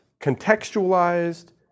contextualized